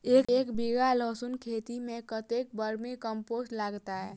एक बीघा लहसून खेती मे कतेक बर्मी कम्पोस्ट लागतै?